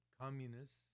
communists